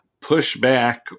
pushback